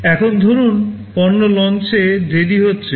এবং ধরুন পণ্য লঞ্চে দেরি হচ্ছে